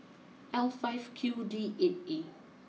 L five Q D eight E